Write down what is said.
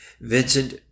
Vincent